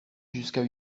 jusqu’à